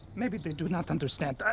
maybe they do not understand.